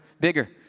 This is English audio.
bigger